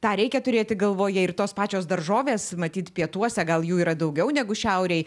tą reikia turėti galvoje ir tos pačios daržovės matyt pietuose gal jų yra daugiau negu šiaurėj